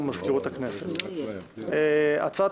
הבאות: 2.הצעת